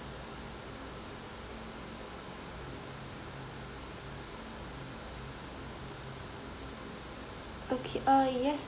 okay uh yes